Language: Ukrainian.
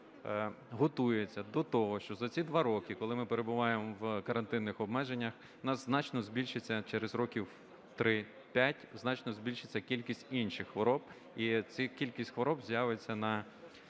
готується до того, що за ці два роки, коли ми перебуваємо в карантинних обмеженнях, у нас значно збільшиться, через років 3-5 значно збільшиться кількість інших хвороб, і ця кількість хвороб з'явиться не